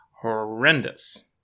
horrendous